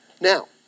Now